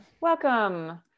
Welcome